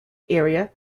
area